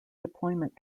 deployment